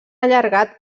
allargat